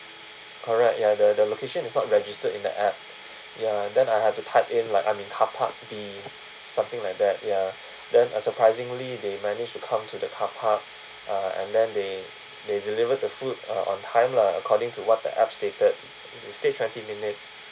correct ya the the location is not registered in the app ya then I had to type in like I'm in car park B something like that ya then uh surprisingly they managed to come to the car park uh and then they they delivered the food uh on time lah according to what the app stated it state twenty minutes